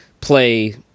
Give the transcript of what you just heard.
play